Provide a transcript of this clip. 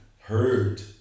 heard